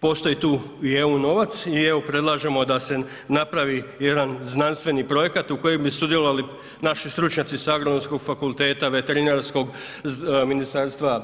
Postoji tu i EU novac i evo, predlažemo da se napravi jedan znanstveni projekat u kojem bi sudjelovali naši stručnjaci s Agronomskog fakulteta, Veterinarskog, ministarstvo,